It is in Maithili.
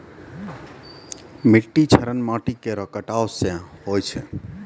मिट्टी क्षरण माटी केरो कटाव सें होय छै